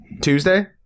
Tuesday